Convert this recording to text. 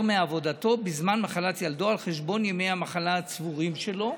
מעבודתו בזמן מחלת ילדו על חשבון ימי המחלה הצבורים שלו,